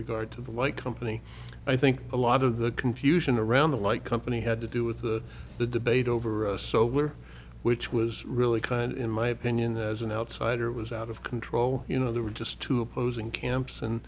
regard to the like company i think a lot of the confusion around the light company had to do with the the debate over us so we're which was really kind in my opinion as an outsider it was out of control you know there were just two opposing camps and